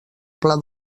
pla